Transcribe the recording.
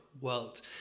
world